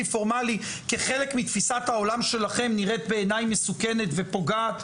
פורמלי כי חלק מתפיסת העולם שלכם נראית בעיני מסוכנת ופוגעת